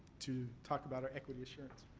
to talk about our equity assurance.